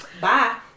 bye